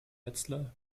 wetzlar